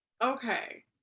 Okay